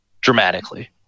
dramatically